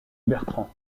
bertrand